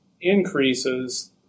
increases